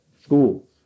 schools